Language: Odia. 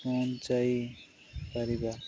ପହଞ୍ଚାଇ ପାରିବା